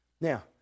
Now